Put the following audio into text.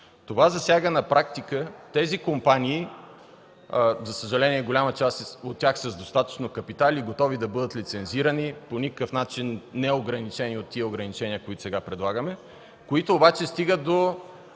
Това засяга на практика тези компании. За съжаление голяма част от тях са с достатъчно капитали и готови да бъдат лицензирани, по никакъв начин неограничени от тези ограничения, които предлагаме сега, които обаче стигат до